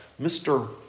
Mr